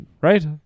right